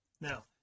now